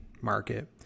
market